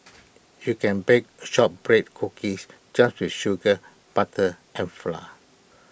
you can bake Shortbread Cookies just with sugar butter and flan